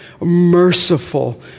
merciful